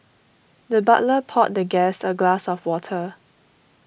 the butler poured the guest a glass of water